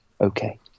okay